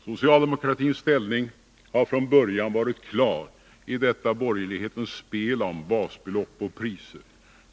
Socialdemokratins ställning har från början varit klar i detta borgerlighetens spel om basbelopp och priser.